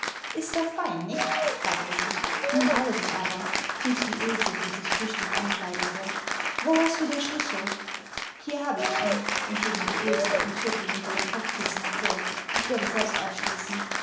ist doch fein nicht fragte sie nun eile dich aber trieb sie ilse die sich flüchtig ankleidete wo hast du der schlüssel hier habe ich ihn entgegnete ilse und zog ihn unter dem kopfkissen hervor ich werde selbst aufschließen